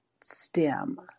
STEM